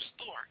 store